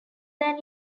than